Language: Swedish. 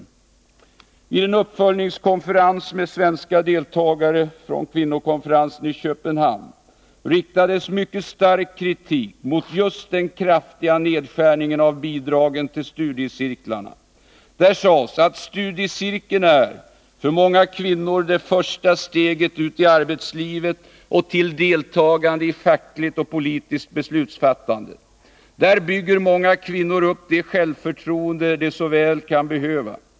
Vid en uppföljningskonferens med svenska deltagare från kvinnokonferensen i Köpenhamn riktades mycket stark kritik mot just den kraftiga nedskärningen av bidragen till studiecirklarna. Där sades att studiecirkeln är för många kvinnor det första steget ut i arbetslivet och till deltagande i fackligt och politiskt beslutsfattande. Där bygger många kvinnor upp det självförtroende de så väl kan behöva.